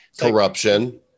Corruption